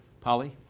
Polly